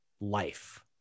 life